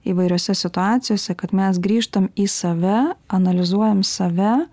įvairiose situacijose kad mes grįžtam į save analizuojam save